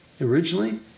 originally